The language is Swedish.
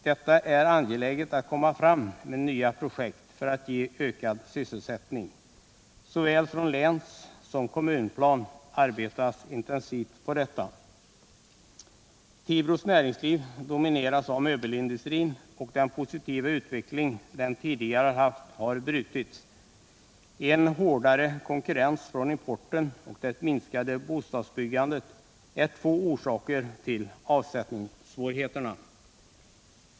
Det är angeläget att komma fram med nya projekt för att ge ökad sysselsättning. Såväl på länssom på kommunplanet arbetas det intensivt på detta. Tibros näringsliv domineras av möbelindustrin, och den positiva utveckling denna tidigare har haft har brutits. En hårdare konkurrens från importen och det minskade bostadsbyggandet är två orsaker till avsättningssvårighe terna.